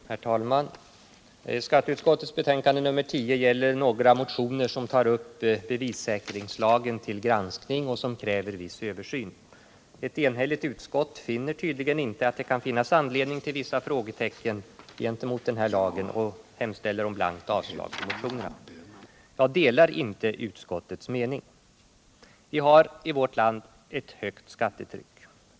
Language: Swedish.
Herr talman! Skatteutskottets betänkande nr 10 gäller några motioner, som tar upp bevissäkringslagen till granskning och kräver viss översyn. Ett enigt utskott finner tydligen inte att det kan finnas anledning till vissa frågetecken gentemot denna lag och hemställer om blankt avslag på motionerna. Jag delar inte utskottets mening. Vi har i vårt land ett högt skattetryck.